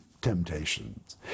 temptations